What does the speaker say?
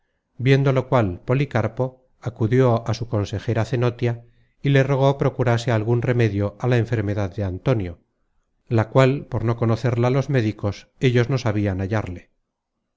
viendo lo cual policarpo acudió a su consejera cenotia y le rogó procurase algun remedio á la enfermedad de antonio la cual por no conocerla los médicos ellos no sabian hallarle